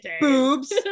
boobs